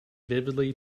vividly